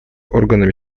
органами